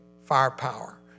firepower